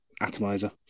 Atomizer